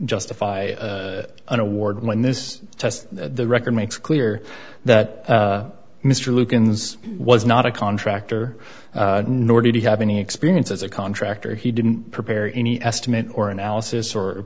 justify an award when this test the record makes clear that mr lukens was not a contractor nor did he have any experience as a contractor he didn't prepare any estimate or analysis or